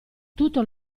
tutto